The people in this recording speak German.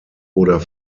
oder